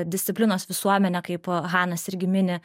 disciplinos visuomenę kaip hanas irgi mini